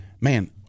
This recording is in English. man